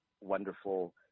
wonderful